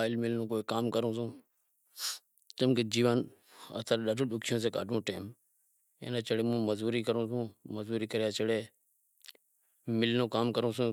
آئل مل رو کوئی کام کروں سوں، چمکہ جیون امارو ڈاڈہو ڈوکھیو سے مزوری کروں سوں، مزروری کرے سیڑے مل رو کام کروں سوں۔